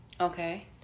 Okay